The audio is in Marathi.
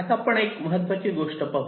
आता आपण एक महत्वाची गोष्ट पाहूया